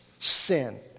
sin